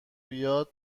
بیاد